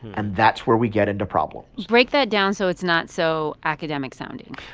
and that's where we get into problems break that down so it's not so academic sounding